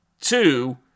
Two